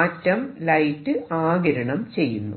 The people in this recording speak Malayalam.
ആറ്റം ലൈറ്റ് ആഗിരണം ചെയ്യുന്നു